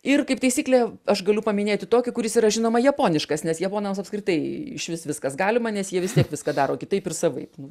ir kaip taisyklė aš galiu paminėti tokį kuris yra žinoma japoniškas nes japonams apskritai išvis viskas galima nes jie vis tiek viską daro kitaip ir savaip nu